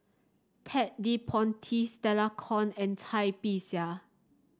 Ted De Ponti Stella Kon and Cai Bixia